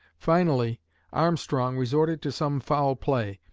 finally armstrong resorted to some foul play,